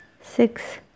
six